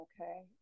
Okay